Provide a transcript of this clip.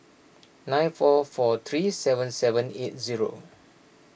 nine four four three seven seven eight zero